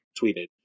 tweeted